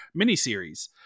miniseries